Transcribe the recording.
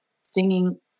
singing